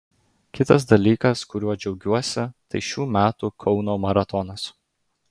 kitas dalykas kuriuo džiaugiuosi tai šių metų kauno maratonas